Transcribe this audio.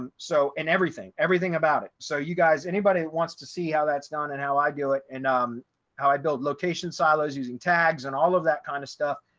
um so in everything, everything about it, so you guys, anybody that wants to see how that's done and how i do it and um how i build location silos using tags and all of that kind of stuff,